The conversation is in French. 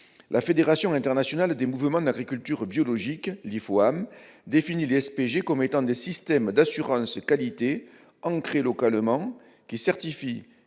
La Fédération internationale des mouvements d'agriculture biologique, l'IFOAM, définit les SPG comme des « systèmes d'assurance qualité ancrés localement qui certifient